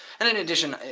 and in addition,